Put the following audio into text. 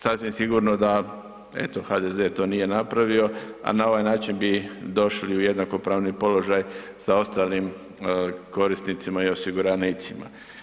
Sasvim sigurno da eto HDZ to nije napravio, a na ovaj način bi došli u jednakopravni položaj sa ostalim korisnicima i osiguranicima.